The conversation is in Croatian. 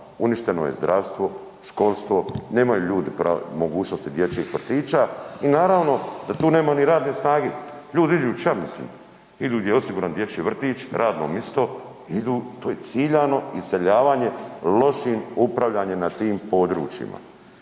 uništeno je zdravstvo, školstvo, nemaju ljudi pravo, mogućnosti dječjih vrtića i naravno da tu nema ni radne snage, ljudi idu ća mislim, idu gdje je osiguran dječji vrtić, radno misto, idu, to je ciljano iseljavanje lošim upravljanjem na tim područjima.